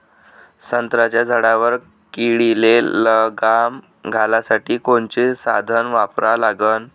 संत्र्याच्या झाडावर किडीले लगाम घालासाठी कोनचे साधनं वापरा लागन?